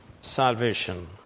salvation